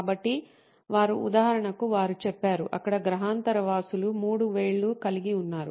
కాబట్టి వారు ఉదాహరణకు వారు చెప్పారు అక్కడ గ్రహాంతర వాసులు మూడు వేళ్లు కలిగి ఉన్నారు